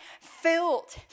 filled